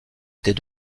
était